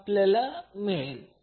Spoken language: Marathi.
3 येत आहे